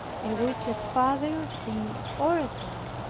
in which a father of the oratory,